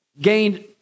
gained